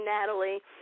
Natalie